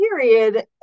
period